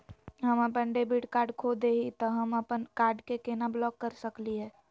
हम अपन debit card खो दे ही, त हम अप्पन कार्ड के केना ब्लॉक कर सकली हे?